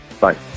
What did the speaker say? Bye